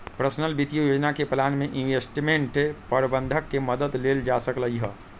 personal वित्तीय योजना के प्लान में इंवेस्टमेंट परबंधक के मदद लेल जा सकलई ह